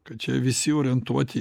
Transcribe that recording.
kad čia visi orientuoti